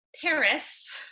Paris